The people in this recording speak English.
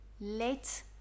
let